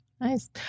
Nice